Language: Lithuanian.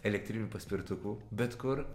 elektrinių paspirtukų bet kur